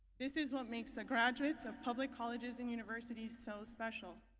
this is what makes the graduates of public colleges and universities so special.